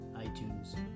itunes